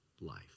life